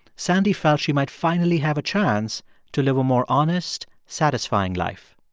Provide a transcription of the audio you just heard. sandy felt she might finally have a chance to live a more honest, satisfying life.